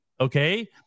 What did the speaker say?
okay